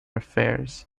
affairs